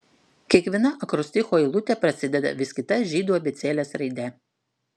kiekviena akrosticho eilutė prasideda vis kita žydų abėcėlės raide